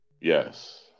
Yes